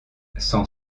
sans